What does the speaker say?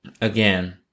Again